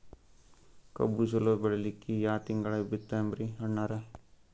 ಕಬ್ಬು ಚಲೋ ಬೆಳಿಲಿಕ್ಕಿ ಯಾ ತಿಂಗಳ ಬಿತ್ತಮ್ರೀ ಅಣ್ಣಾರ?